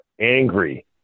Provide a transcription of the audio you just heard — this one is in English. angry